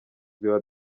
biba